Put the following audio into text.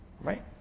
Right